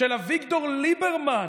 של אביגדור ליברמן,